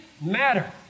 matter